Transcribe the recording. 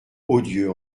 odieux